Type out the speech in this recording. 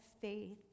faith